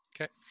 Okay